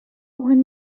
one